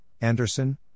Anderson